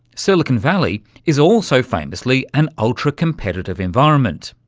silicon valley is also famously an ultra-competitive environment.